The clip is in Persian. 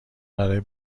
برای